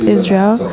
Israel